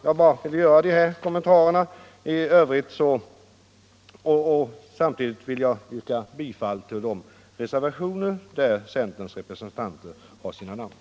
Jag yrkar bifall till de reservationer som har avgivits